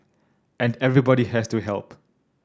and everybody has to help